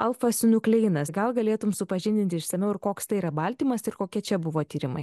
alfasinukleinas gal galėtum supažindinti išsamiau ir koks tai yra baltymas ir kokie čia buvo tyrimai